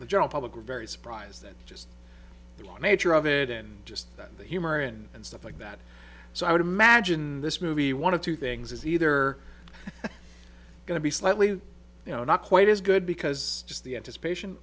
the general public were very surprised at just the law nature of it and just that the humor in and stuff like that so i would imagine in this movie one of two things is either going to be slightly you know not quite as good because just the anticipation